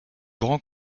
grands